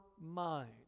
mind